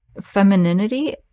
femininity